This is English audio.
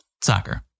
soccer